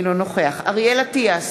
אינו נוכח אריאל אטיאס,